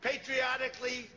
Patriotically